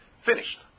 finished